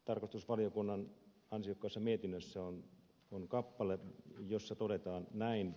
tarkastusvaliokunnan ansiokkaassa mietinnössä on kappale jossa todetaan näin